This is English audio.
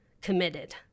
committed